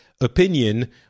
opinion